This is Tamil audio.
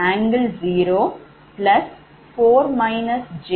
எனவேV1VrI1Z1 1∠0∘4−𝑗10